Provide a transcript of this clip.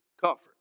comfort